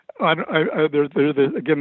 Again